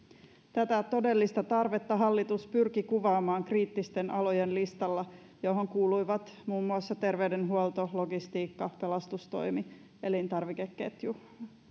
tätä todellista tarvetta hallitus pyrki kuvaamaan kriittisten alojen listalla johon kuuluvat muun muassa terveydenhuolto logistiikka pelastustoimi elintarvikeketju